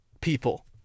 people